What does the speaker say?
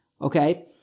Okay